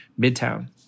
midtown